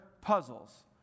puzzles